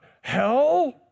hell